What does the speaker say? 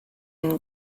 une